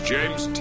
James